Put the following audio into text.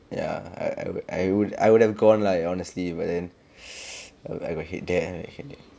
ya I I would I would I would have gone like honestly but then I got headache I got headache